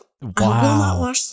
Wow